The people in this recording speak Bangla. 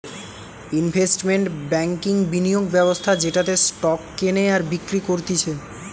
ইনভেস্টমেন্ট ব্যাংকিংবিনিয়োগ ব্যবস্থা যেটাতে স্টক কেনে আর বিক্রি করতিছে